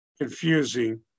confusing